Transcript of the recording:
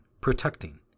protecting